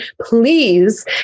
please